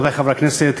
רבותי חברי הכנסת,